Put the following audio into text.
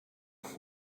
where